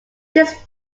this